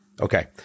Okay